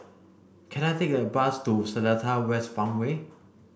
can I take a bus to Seletar West Farmway